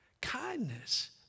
kindness